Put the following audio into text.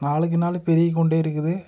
நாளுக்கு நாள் பெருகிக் கொண்டு இருக்குது